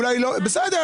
בסדר.